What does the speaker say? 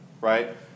right